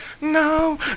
No